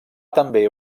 també